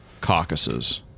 caucuses